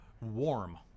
Warm